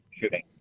shooting